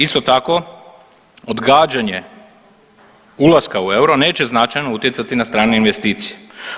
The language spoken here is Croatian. Isto tako odgađanje ulaska u euro neće značajno utjecati na strane investicije.